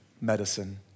medicine